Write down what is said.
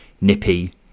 nippy